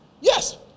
Yes